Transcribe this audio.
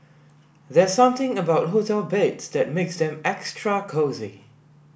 there's something about hotel beds that makes them extra cosy